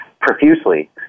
profusely